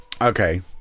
Okay